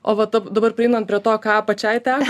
o vat da dabar prieinant prie to ką pačiai teko